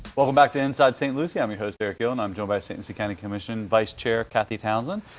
welcome back to inside st. lucie. i'm your host erick gill and i'm joined by st. lucie county commission vice chair cathy townsend.